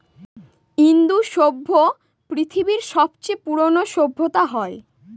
ইন্দু সভ্য পৃথিবীর সবচেয়ে পুরোনো সভ্যতা হয়